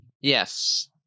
Yes